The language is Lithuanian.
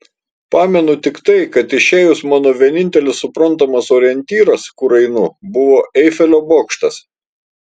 pamenu tik tai kad išėjus mano vienintelis suprantamas orientyras kur einu buvo eifelio bokštas